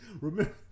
remember